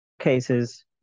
cases